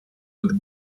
with